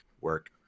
work